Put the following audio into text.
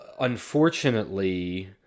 Unfortunately